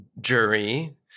jury